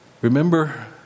Remember